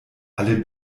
alle